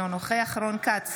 אינו נוכח רון כץ,